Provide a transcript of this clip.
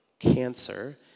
cancer